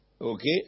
Okay